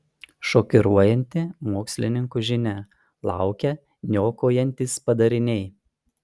šokiruojanti mokslininkų žinia laukia niokojantys padariniai